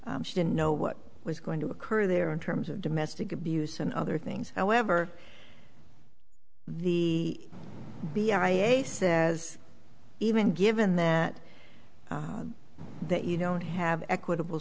she didn't know what was going to occur there in terms of domestic abuse and other things however the b i a e a says even given that that you don't have equitable